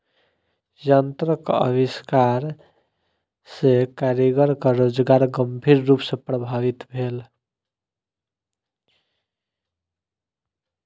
यंत्रक आविष्कार सॅ कारीगरक रोजगार गंभीर रूप सॅ प्रभावित भेल